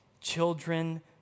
children